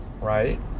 right